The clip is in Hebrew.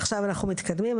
עכשיו אנחנו מתקדמים,